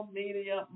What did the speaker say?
media